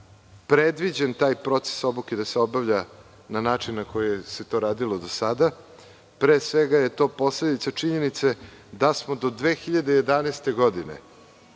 da se taj proces obuke obavlja na način na koji se to radilo do sada. Pre svega, to je posledica činjenice da smo do 2011. godine